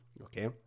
okay